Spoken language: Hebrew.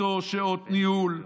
אותן שעות ניהול,